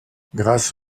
grâce